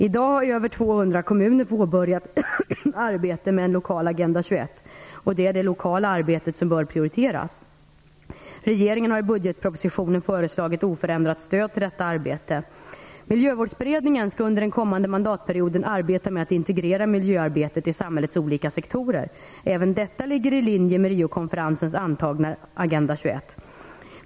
I dag har över 21, och det är det lokala arbetet som bör prioriteras. Regeringen har i budgetpropositionen föreslagit oförändrat stöd till detta arbete. Miljövårdsberedningen skall under den kommande mandatperioden arbeta med att integrera miljöarbetet i samhällets olika sektorer. Även detta ligger i linje med Riokonferensens antagna Agenda 21.